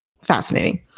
fascinating